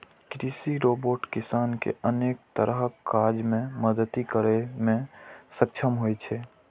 कृषि रोबोट किसान कें अनेक तरहक काज मे मदति करै मे सक्षम होइ छै